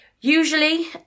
usually